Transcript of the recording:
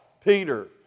Peter